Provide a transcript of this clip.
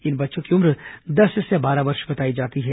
इन बच्चों की उम्र दस से बारह वर्ष बताई जा रही है